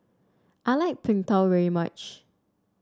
I like Png Tao very much